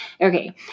Okay